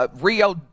Rio